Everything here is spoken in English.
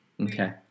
okay